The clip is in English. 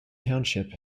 township